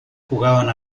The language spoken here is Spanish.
jugaban